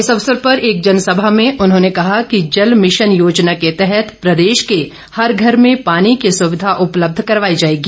इस अवसर पर एक जनसभा में उन्होंने कहा कि जल मिशन योजना के तहत प्रदेश के हर घर में पानी की सुविधा उपलब्ध करवाई जाएगी